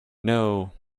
know